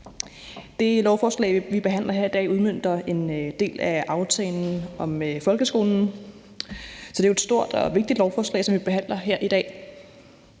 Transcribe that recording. Det lovforslag, vi behandler her, udmønter en del af aftalen om folkeskolen, så det er jo et stort og vigtigt lovforslag, som vi behandler her.